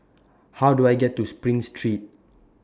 How Do I get to SPRING Street